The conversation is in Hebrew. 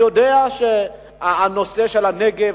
אני יודע שהנושא של הנגב,